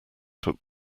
took